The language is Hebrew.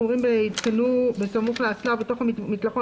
אנחנו אומרים יותקנו בסמוך לאסלה ובתוך המקלחון,